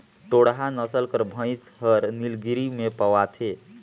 टोडा नसल कर भंइस हर नीलगिरी में पवाथे